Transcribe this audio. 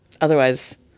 Otherwise